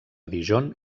dijon